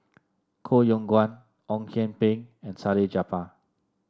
Koh Yong Guan Ong Kian Peng and Salleh Japar